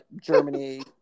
Germany